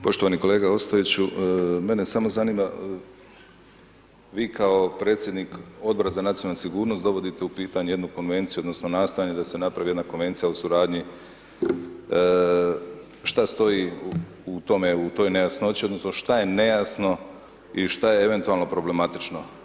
Poštovani kolega Ostojiću, mene samo zanima, vi kao predsjednik Odbora za nacionalnu sigurnost dovodite u pitanje jednu Konvenciju odnosno nastojanje da se napravi jedna Konvencija o suradnji, šta stoji u toj nejasnoći odnosno šta je je nejasno i šta je eventualno problematično.